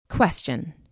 question